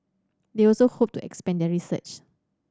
they also hope to expand their research